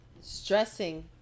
Stressing